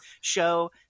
show